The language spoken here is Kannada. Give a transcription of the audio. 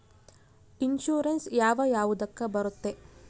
ಇನ್ಶೂರೆನ್ಸ್ ಯಾವ ಯಾವುದಕ್ಕ ಬರುತ್ತೆ?